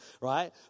right